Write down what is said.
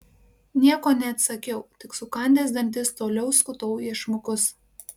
nieko neatsakiau tik sukandęs dantis toliau skutau iešmukus